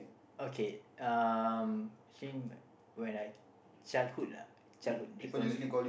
okay um actually when I childhood lah childhood they call me